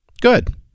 Good